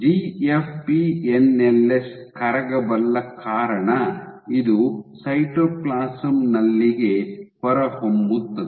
GFP NLS ಕರಗಬಲ್ಲ ಕಾರಣ ಇದು ಸೈಟೋಪ್ಲಾಸಂ ನಲ್ಲಿಗೆ ಹೊರಹೊಮ್ಮುತ್ತದೆ